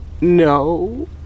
No